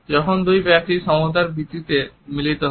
যখন দুই ব্যক্তি সমতার ভিত্তিতে মিলিত হয়